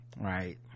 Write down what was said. right